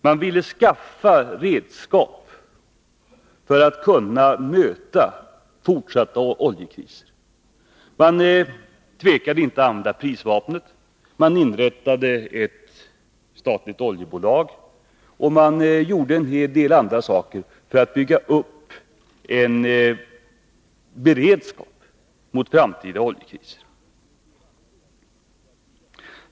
Man ville skaffa redskap för att kunna möta fortsatta oljekrisstegringar. Man tvekade inte att använda prisvapnet, man inrättade ett statligt oljebolag och man gjorde en hel del andra saker för att bygga upp en beredskap mot framtida oljekriser.